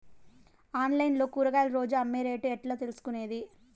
Online లో కూరగాయలు రోజు అమ్మే రేటు ఎట్లా తెలుసుకొనేది?